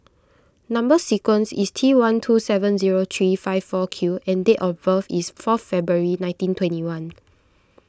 Number Sequence is T one two seven zero three five four Q and date of birth is four February nineteen twenty one